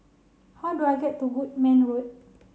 how do I get to Goodman Road